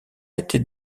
était